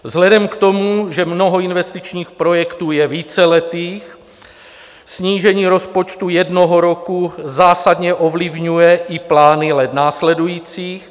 Vzhledem k tomu, že mnoho investičních projektů je víceletých, snížení rozpočtu jednoho zásadně ovlivňuje i plány let následujících.